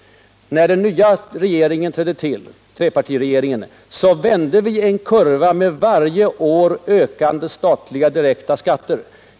När den nya trepartiregeringen trädde till vände vi en uppåtgående kurva med varje år ökande statliga direkta skatter.